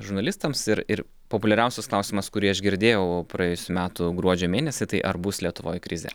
žurnalistams ir ir populiariausias klausimas kurį aš girdėjau praėjusių metų gruodžio mėnesį tai ar bus lietuvoj krizė